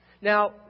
now